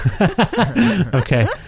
Okay